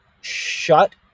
shut